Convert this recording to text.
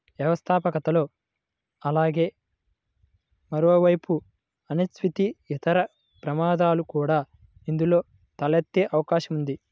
వ్యవస్థాపకతలో అలాగే మరోవైపు అనిశ్చితి, ఇతర ప్రమాదాలు కూడా ఇందులో తలెత్తే అవకాశం ఉంది